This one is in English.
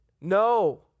No